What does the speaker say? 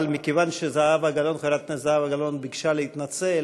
אבל מכיוון שחברת הכנסת זהבה גלאון ביקשה שאתנצל,